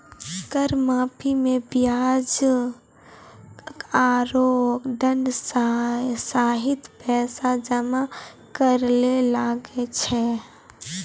कर माफी मे बियाज आरो दंड सहित पैसा जमा करे ले लागै छै